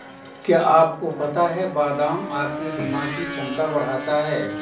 क्या आपको पता है बादाम आपकी दिमागी क्षमता बढ़ाता है?